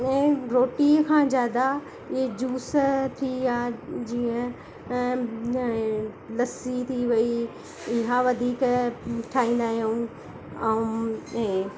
ऐं रोटी खां ज़्यादा इहो जूस थी विया जीअं लस्सी थी वई इहा वधीक ठाहींदा आहियूं ऐं ऐं